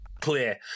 clear